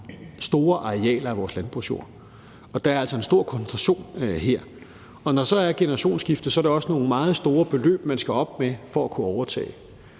store arealer af vores landbrugsjord. Der er altså tale om en stor koncentration her, og når der så er generationsskifter, er det også nogle meget store beløb, man skal af med for at kunne overtage.